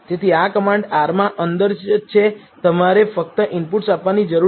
તેથી આ command R માં અંદર જ છે તમારે ફક્ત ઇનપુટ્સ આપવાની જરૂર છે